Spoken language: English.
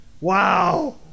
wow